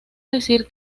decir